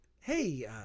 hey